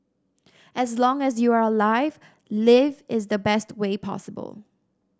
as long as you are alive live is the best way possible